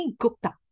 Gupta